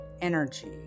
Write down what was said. energy